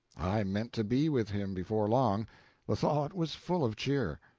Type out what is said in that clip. i meant to be with him before long the thought was full of cheer.